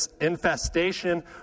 infestation